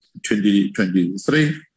2023